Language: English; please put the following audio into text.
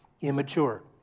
immature